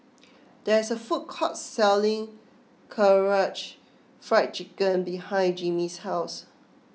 there is a food court selling Karaage Fried Chicken behind Jimmy's house